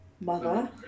Mother